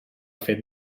fet